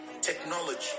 technology